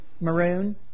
maroon